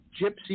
Gypsy